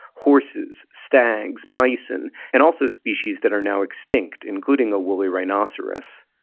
horses, stags, bison and also species that are now extinct, including a wooly rhinoceros.